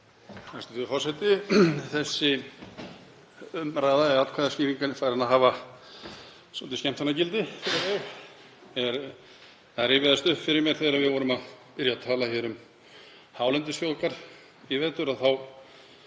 Þessi umræða eða atkvæðaskýring er farin að hafa svolítið skemmtanagildi. Það rifjaðist upp fyrir mér, þegar við vorum að byrja að tala um hálendisþjóðgarð í vetur,